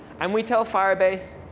and we tell firebase,